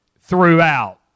throughout